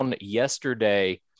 yesterday